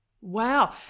Wow